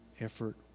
effort